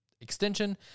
extension